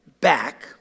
back